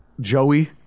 Joey